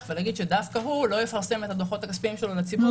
ולומר שדווקא הוא לא יפרסם את הדוחות הכספיים שלו לציבור.